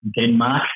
Denmark